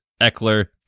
eckler